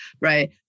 Right